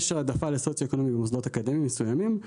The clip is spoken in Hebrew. יש העדפה לסוציואקונומי במוסדות אקדמיים מסוימים.